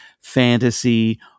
fantasy